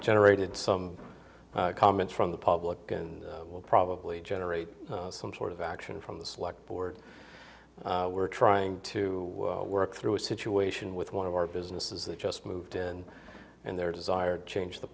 generated some comments from the public and will probably generate some sort of action from the select board we're trying to work through a situation with one of our businesses that just moved in and their desire to change the